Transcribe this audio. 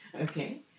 okay